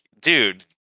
dude